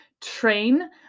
train